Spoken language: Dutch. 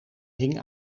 hing